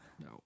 No